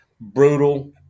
brutal